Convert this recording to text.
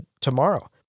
tomorrow